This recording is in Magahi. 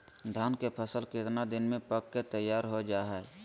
धान के फसल कितना दिन में पक के तैयार हो जा हाय?